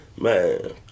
man